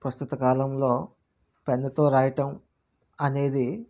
ప్రస్తుత కాలంలో పెన్ తో రాయటం అనేది